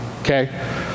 Okay